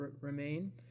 remain